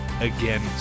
again